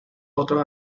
otros